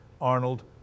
Arnold